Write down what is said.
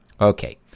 Okay